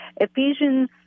Ephesians